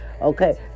Okay